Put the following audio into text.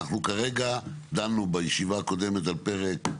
אנחנו דנו בישיבה הקודמת על פרק?